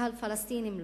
והפלסטינים לא,